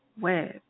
Web